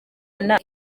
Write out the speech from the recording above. areka